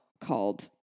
called